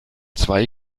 zwei